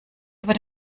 über